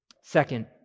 Second